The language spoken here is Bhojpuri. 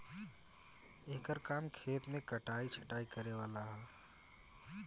एकर काम खेत मे कटाइ छटाइ करे वाला ह